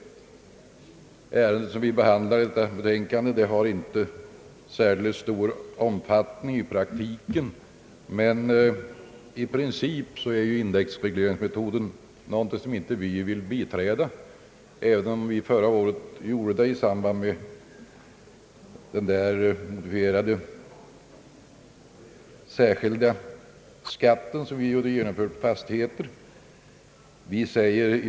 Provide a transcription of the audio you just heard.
Det ärende vi behandlar i betänkandet har inte särdeles stor omfattning i praktiken, men i princip är indexregleringsmetoden någonting som vi inte vill biträda, även om vi förra året gjorde det i samband med genomförandet av den särskilda skatten för fastigheter.